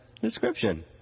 description